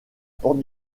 porte